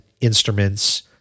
instruments